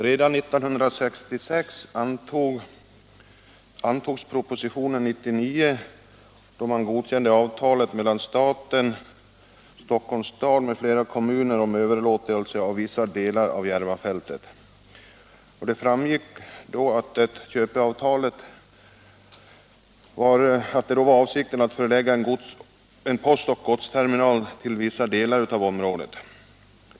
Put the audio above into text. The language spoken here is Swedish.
;Redan 1966, när riksdagen antog propositionen 99 och godkände avtalet mellan staten och Stockholms stad m.fl. kommuner om överlåtelse av vissa delar av Järvafältet, framgick det av köpeavtalet att avsikten var att förlägga en postoch godsterminal till en viss del av området.